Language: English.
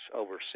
over